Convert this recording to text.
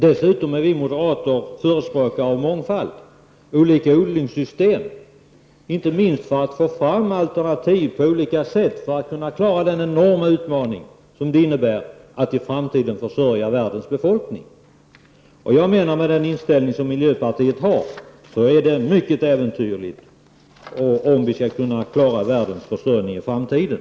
Dessutom är vi moderater förespråkare för mångfald när det gäller olika odlingssystem, inte minst för att på olika sätt få fram alternativ för att kunna klara den enorma utmaning som det innebär att i framtiden försörja världens befolkning. Jag menar att det med den inställning som miljöpartiet har är mycket äventyrligt om vi skall kunna klara världens försörjning i framtiden.